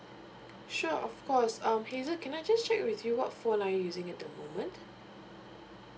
sure of course um hazel can I just check with you what phone are you using at the moment